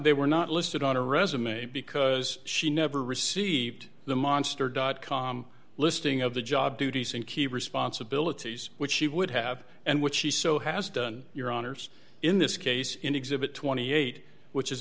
they were not listed on her resume because she never received the monster dot com listing of the job duties and key responsibilities which she would have and which she so has done your honors in this case in exhibit twenty eight